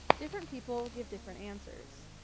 different people give different answers.